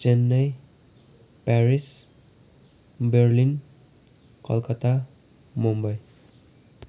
Chennai Paris Berlin Calcutta Mumbai